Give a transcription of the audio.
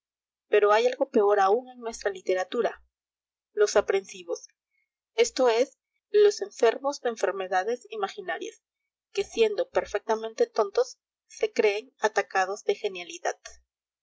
pero hay algo peor aún en nuestra literatura los aprensivos esto es los enfermos de enfermedades imaginarias que siendo perfectamente tontos se creen atacados de genialidad